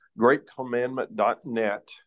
greatcommandment.net